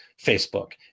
facebook